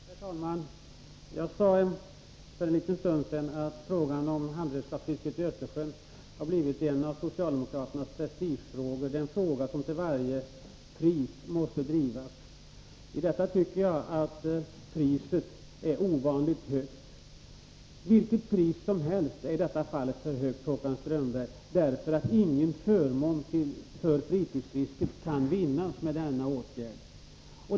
Herr talman! Jag sade för en liten stund sedan att frågan om handredskapsfisket i Östersjön har blivit en av socialdemokraternas prestigefrågor, en fråga som till varje pris måste drivas. I detta fall tycker jag att priset är ovanligt högt. Vilket pris som helst är i detta fall för högt, Håkan Strömberg, eftersom ingen förmån för fritidsfisket kan vinnas med denna åtgärd.